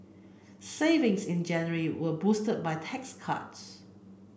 savings in January were boosted by tax cuts